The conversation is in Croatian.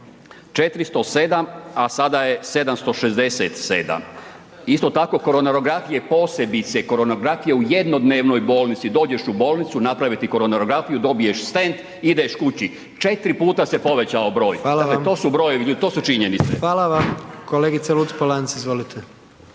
407 a sada je 767. Isto tako koronarografije posebice, koronarografija u jednodnevnoj bolnici, dođeš u bolnicu, naprave ti koronarografiju, dobiješ stent ideš kući. 4x se povećao broj, dakle to su brojevi, to su činjenice. **Jandroković, Gordan (HDZ)** Hvala vam. Kolegice Luc-Polanc, izvolite.